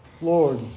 Lord